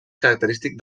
característic